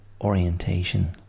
orientation